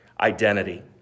identity